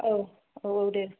औ औ औ दे